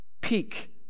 peak